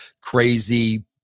crazy